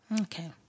okay